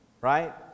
right